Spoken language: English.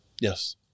Yes